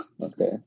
Okay